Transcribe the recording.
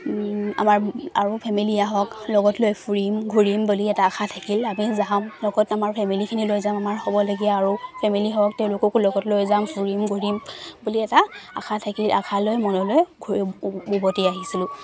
আমাৰ আৰু ফেমিলি আহক লগত লৈ ফুৰিম ঘূৰিম বুলি এটা আশা থাকিল আমি যাম লগত আমাৰ ফেমিলিখিনি লৈ যাম আমাৰ হ'বলগীয়া আৰু ফেমিলি হওক তেওঁলোককো লগত লৈ যাম ফুৰিম ঘূৰিম বুলি এটা আশা থাকিল আশা লৈ মনলৈ ঘূৰি উভতি আহিছিলো